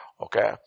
Okay